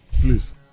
please